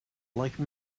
like